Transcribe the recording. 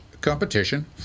competition